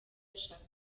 ashaka